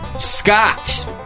Scott